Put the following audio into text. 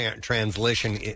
translation